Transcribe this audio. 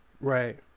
right